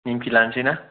निमकि लानसै ना